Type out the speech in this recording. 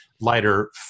lighter